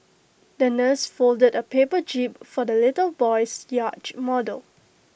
the nurse folded A paper jib for the little boy's yacht model